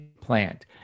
plant